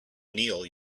neil